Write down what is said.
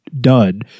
done